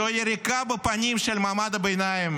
זוהי יריקה בפנים של מעמד הביניים,